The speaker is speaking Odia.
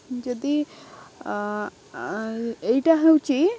ଯଦି ଏଇଟା ହେଉଛି